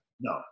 No